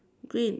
green